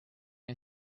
you